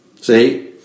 See